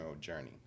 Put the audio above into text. journey